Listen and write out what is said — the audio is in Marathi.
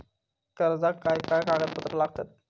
कर्जाक काय काय कागदपत्रा लागतत?